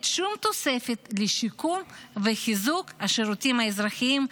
שום תוספת לשיקום וחיזוק השירותים האזרחיים,